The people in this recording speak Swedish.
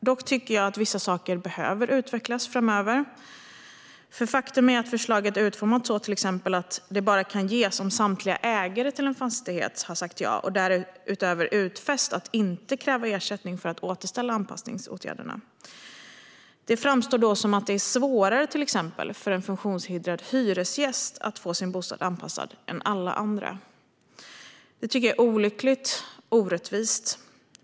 Dock tycker jag att vissa saker behöver utvecklas framöver, för faktum är att förslaget är utformat så att bidraget bara kan ges om samtliga ägare till en fastighet har sagt ja och därutöver utfäst sig att inte kräva ersättning för att återställa anpassningsåtgärderna. Det framstår då som att det är svårare för en funktionshindrad hyresgäst att få sin bostad anpassad än för alla andra. Det tycker jag är olyckligt och orättvist.